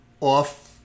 off